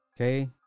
Okay